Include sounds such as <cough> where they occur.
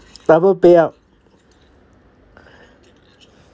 double pay up <breath>